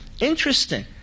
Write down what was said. Interesting